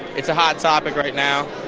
it's a hot topic right now,